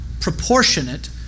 proportionate